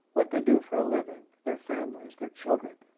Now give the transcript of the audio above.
what they do for a living, their families their children,